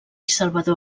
salvador